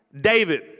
David